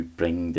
bring